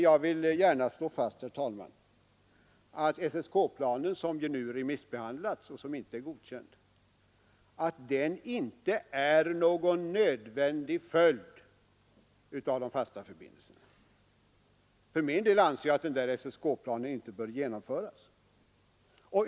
Jag vill gärna slå fast, herr talman, att SSK-planen, som nu remissbehandlas och som inte är godkänd, inte är någon nödvändig följd av de fasta förbindelserna. För min del anser jag att SSK-planen inte bör genomföras.